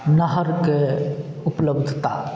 नहरके उपलब्धता